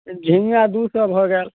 झिङ्गा दू सए भऽ गेल